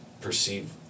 perceive